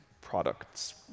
products